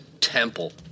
Temple